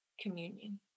communion